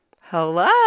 Hello